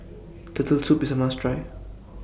Turtle Soup IS A must Try